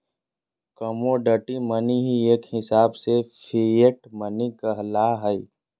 commodity money ही एक हिसाब से फिएट मनी कहला हय